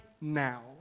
now